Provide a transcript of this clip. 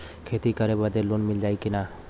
खेती करे बदे लोन मिली कि ना?